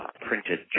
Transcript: printed